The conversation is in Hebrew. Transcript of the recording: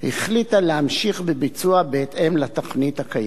החליטה להמשיך בביצוע בהתאם לתוכנית הקיימת.